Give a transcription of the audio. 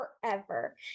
forever